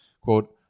quote